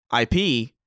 IP